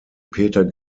peter